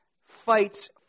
fights